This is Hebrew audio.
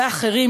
ואחרים,